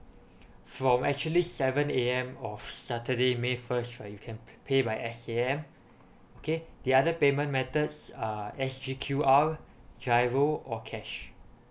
from actually seven A_M of saturday may first right you can pay S_A_M okay the other payment methods uh S_G_Q_R GIRO or cash